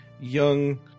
young